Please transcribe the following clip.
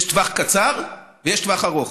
יש טווח קצר ויש טווח ארוך.